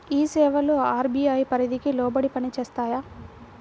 ఈ సేవలు అర్.బీ.ఐ పరిధికి లోబడి పని చేస్తాయా?